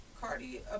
Cardi